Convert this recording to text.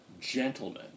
gentlemen